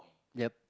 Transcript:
yup